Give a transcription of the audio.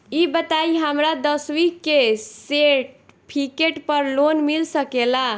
ई बताई हमरा दसवीं के सेर्टफिकेट पर लोन मिल सकेला?